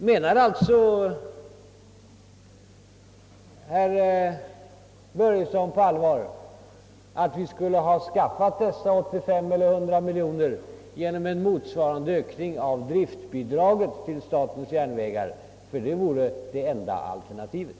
Menar herr Börjesson på allvar att vi skulle ha skaffat 85—100 miljoner genom en motsvarande ökning av driftbidraget till SJ? Det vore väl det enda alternativet.